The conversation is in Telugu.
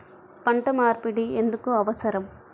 పంట మార్పిడి ఎందుకు అవసరం?